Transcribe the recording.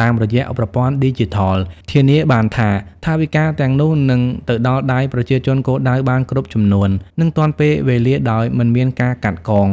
តាមរយៈប្រព័ន្ធឌីជីថល ធានាបានថាថវិកាទាំងនោះនឹងទៅដល់ដៃប្រជាជនគោលដៅបានគ្រប់ចំនួន និងទាន់ពេលវេលាដោយមិនមានការកាត់កង។